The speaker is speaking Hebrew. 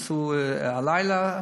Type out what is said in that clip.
עשו הלילה עשרה,